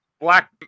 black